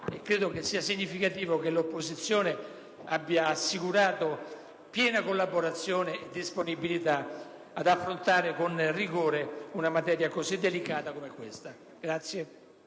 e che sia significativo che l'opposizione abbia assicurato piena collaborazione e disponibilità nell'affrontare con rigore una materia così delicata come quella al